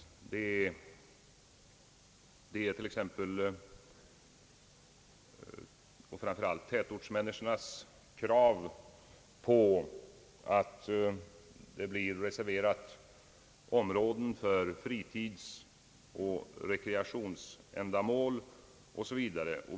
Här måste t.ex. ökad hänsyn tas till tätortsmänniskornas krav på att det reserveras områden för fritidsoch rekreationsändamål osv.